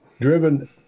driven